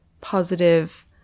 positive